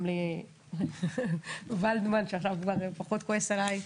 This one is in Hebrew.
גם לולדמן שעכשיו כבר פחות כועס עלי,